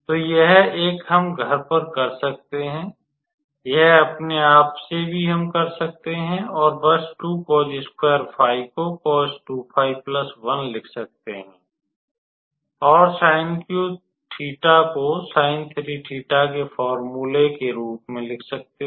तो यह एक हम घर पर कर सकते हैं यह अपने आप से भी हम कर सकते हैं और बस को लिख सकते हैं और को के फोर्मूले के रूप में लिख सकते हैं